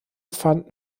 fanden